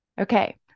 Okay